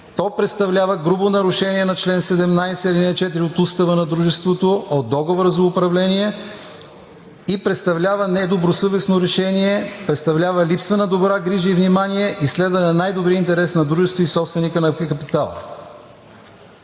То представлява грубо нарушение на чл. 17, ал. 4 от Устава на дружеството, от договора за управление и представлява недобросъвестно решение, представлява липса на добра грижа и внимание и следване на най-добрия интерес на дружеството, и собственика на капитала.